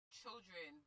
children